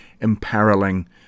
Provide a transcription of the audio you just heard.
imperiling